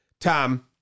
tom